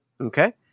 okay